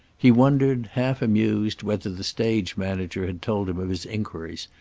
he wondered, half amused, whether the stage manager had told him of his inquiries,